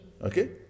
Okay